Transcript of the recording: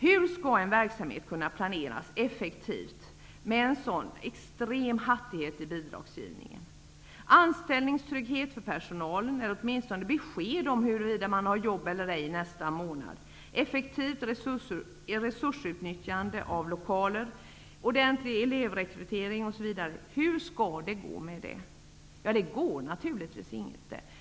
Hur skall en verksamhet kunna planeras effektivt med en sådan extrem hattighet i bidragsgivningen? Anställningstrygghet för personalen, eller åtminstone besked om huruvida man har jobb eller ej nästa månad, effektivt resursutnyttjande av lokaler, ordentlig elevrekrytering osv. -- hur skall det gå med det? Ja, det går naturligtvis inte.